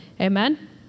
amen